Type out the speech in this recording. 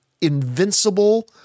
invincible